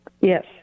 Yes